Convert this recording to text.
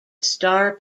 starr